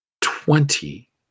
Twenty